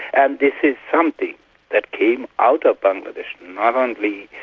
and this is something that came out of bangladesh, not only